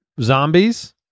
zombies